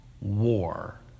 war